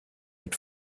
mit